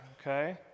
okay